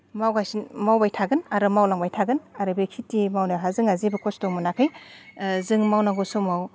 मावगासिनो मावबाय थागोन आरो मावलांबाय थागोन आरो बे खिथि मावनायावहा जोंहा जेबो खस्थ' मोनाखै जों मावनांगौ समाव